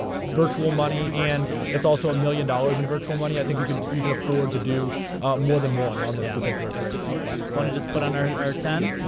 virtual money, and it's also a million dollars in virtual money. i think you could you can afford to do more than one on this particular trade. ok. want to just put on our our ten?